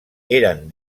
eren